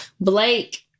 Blake